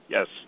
Yes